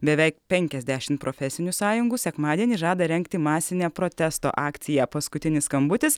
beveik penkiasdešimt profesinių sąjungų sekmadienį žada rengti masinę protesto akciją paskutinis skambutis